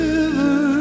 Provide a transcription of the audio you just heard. River